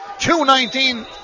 2-19